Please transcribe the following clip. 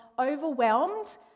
overwhelmed